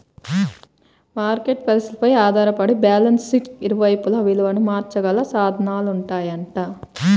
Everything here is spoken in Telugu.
మార్కెట్ పరిస్థితులపై ఆధారపడి బ్యాలెన్స్ షీట్కి ఇరువైపులా విలువను మార్చగల సాధనాలుంటాయంట